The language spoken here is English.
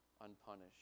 unpunished